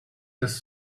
des